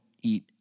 eat